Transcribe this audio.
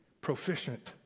proficient